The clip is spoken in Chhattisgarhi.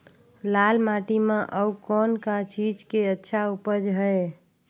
लाल माटी म अउ कौन का चीज के अच्छा उपज है?